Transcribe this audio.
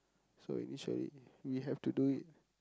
so initially we have to do it